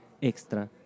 extra